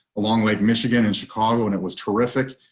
along with michigan and chicago and it was terrific.